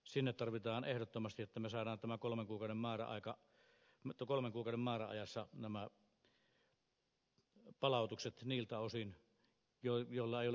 sinne tarvitaan ehdottomasti että me saamme tämän kolmen kuukauden määräajassa nämä palautukset niiltä osin joilla ei ole oikeutta tänne jäädä